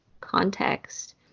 context